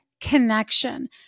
connection